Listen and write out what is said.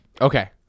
Okay